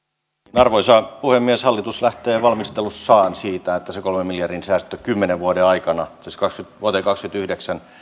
arvoisa puhemies hallitus lähtee valmistelussaan siitä että se kolmen miljardin säästö kymmenen vuoden aikana itse asiassa vuoteen kahdessakymmenessäyhdeksässä